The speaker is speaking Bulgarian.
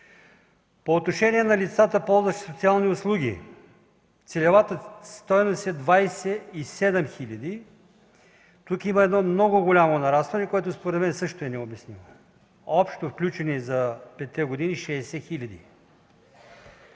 По отношение на лицата, ползващи социални услуги, целевата стойност е 27 хиляди. Тук има едно много голямо нарастване, което според мен също е необяснимо. Общо включени за петте години – 60